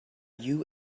you